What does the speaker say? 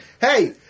Hey